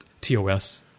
TOS